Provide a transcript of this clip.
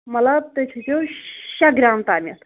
مطلب تُہۍ تھٲوِزیٚو شیٚے گرام تانٮ۪تھ